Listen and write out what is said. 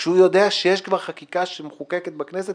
כשהיא יודעת שכבר יש חקיקה שמחוקקת בכנסת